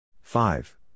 Five